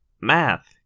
Math